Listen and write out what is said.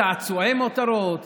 צעצועי מותרות,